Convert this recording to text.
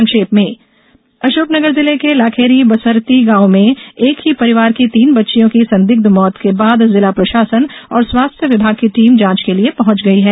संक्षिप्त समाचार अशोकनगर जिले के लाखेरी बसरती गांव में एक ही परिवार की तीन बच्चियों की संदिग्ध मौत के बाद जिला प्रशासन और स्वास्थ्य विभाग की टीम जांच के लिए पहुंच गई है